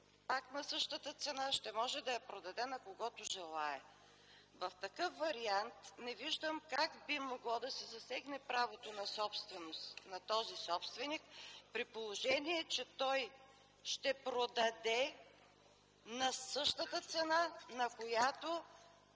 пак на същата цена ще може да я продаде на когото желае. В такъв вариант не виждам как би могло да се засегне правото на собственост на този собственик, при положение че той ще я продаде на тази цена, на която